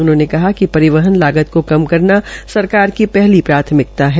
उन्होंने कहा कि परिवहन लागत को कम करना सरकार की पहली प्राथमिकता है